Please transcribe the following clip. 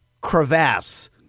crevasse